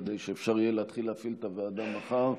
כדי שאפשר יהיה להתחיל להפעיל את הוועדה מחר.